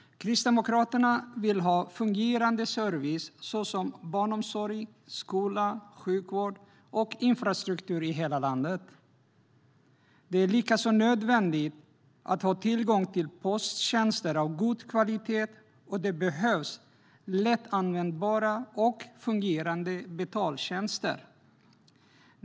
Kristdemokraterna vill ha fungerande service, såsom barnomsorg, skola, sjukvård och infrastruktur, i hela landet. Det är likaså nödvändigt att ha tillgång till posttjänster av god kvalitet, och det behövs lättanvändbara och fungerande betaltjänster.